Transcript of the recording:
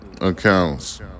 accounts